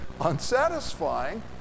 unsatisfying